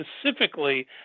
specifically